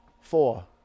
four